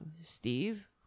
Steve